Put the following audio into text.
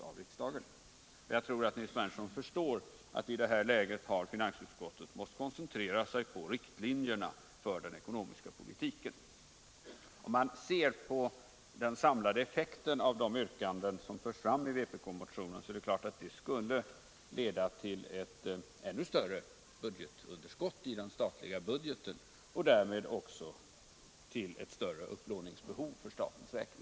Jag tror Nils Berndtson förstår att finansutskottet i det här läget har måst koncentrera sig på riktlinjerna för den ekonomiska politiken. Om man ser på den samlade effekten av de yrkanden som förs fram i vpk-motionen ser man klart att ett bifall till den skulle leda till ett ännu större underskott i den statliga budgeten och därmed också till ett större upplåningsbehov för staten.